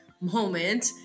moment